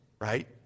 Right